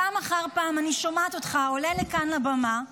פעם אחר פעם אני שומעת אותך עולה לכאן לבמה ואומר: